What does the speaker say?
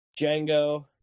Django